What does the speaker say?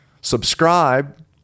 Subscribe